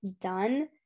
done